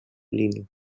linux